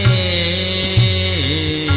a